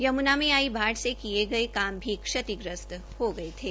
यमुना में आई बाढ़ से किए गए काम भी क्षतिग्रस्त हो गए थे